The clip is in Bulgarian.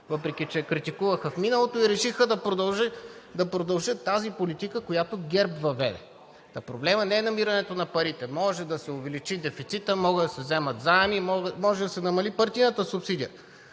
въпреки че я критикуваха в миналото, и решиха да продължат тази политика, която ГЕРБ въведе. Та проблемът не е намирането на парите – може да се увеличи дефицитът, могат да се вземат заеми, може да се намали партийната субсидия.